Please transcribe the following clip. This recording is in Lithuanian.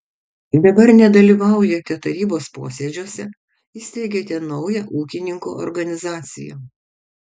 dabar nedalyvaujate tarybos posėdžiuose įsteigėte naują ūkininkų organizaciją